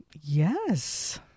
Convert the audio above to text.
Yes